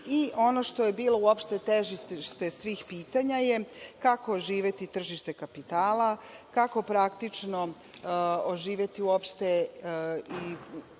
Ono što je bilo uopšte težište svih pitanja je - kako oživeti tržište kapitala, kako praktično oživeti uopšte